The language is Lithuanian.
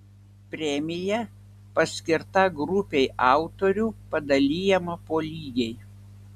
premija paskirta grupei autorių padalijama po lygiai